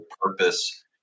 purpose